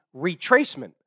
retracement